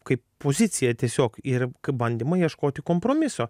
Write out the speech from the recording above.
kaip poziciją tiesiog ir kaip bandymą ieškoti kompromiso